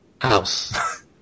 House